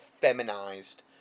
feminized